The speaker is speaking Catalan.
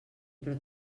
però